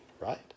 Right